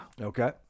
Okay